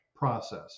process